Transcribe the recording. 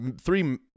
three